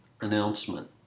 Announcement